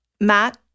Matt